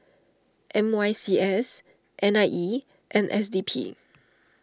M C Y S N I E and S D P